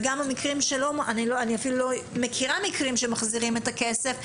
ואני אפילו לא מכירה מקרים שמחזירים את הכסף,